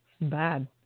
Bad